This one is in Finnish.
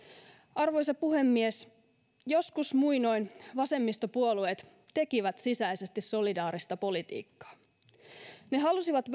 arvoisa puhemies joskus muinoin vasemmistopuolueet tekivät sisäisesti solidaarista politiikkaa ne halusivat